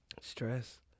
stress